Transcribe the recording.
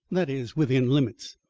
that is, within limits.